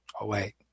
away